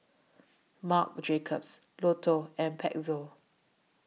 Marc Jacobs Lotto and Pezzo